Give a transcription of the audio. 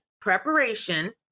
preparation